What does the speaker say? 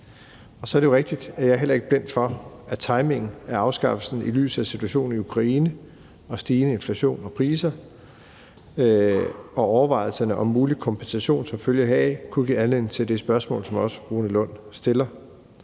Så er det jo rigtigt – og jeg er heller ikke blind for det – at timingen af afskaffelsen i lyset af situationen i Ukraine og stigende inflation og priser og overvejelserne om mulig kompensation som følge heraf kunne give anledning til det spørgsmål, som hr. Rune Lund også stiller.